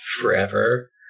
forever